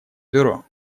бюро